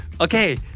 Okay